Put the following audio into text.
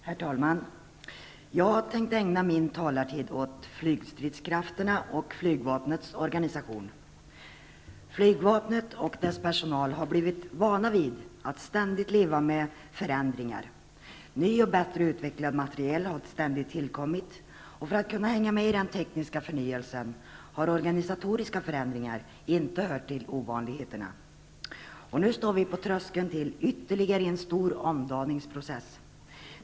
Herr talman! Jag har tänkt ägna min taletid åt flygstridskrafterna och flygvapnets organisation. Flygvapnet och dess personal har blivit vana vid att leva med ständiga förändringar, ny och bättre utvecklad materiel har tillkommit, och för att man skall kunna hänga med i den tekniska förnyelsen har organisatoriska förändringar inte hört till ovanligheterna. Nu står vi på tröskeln till ytterligare en stor omdaningsprocess.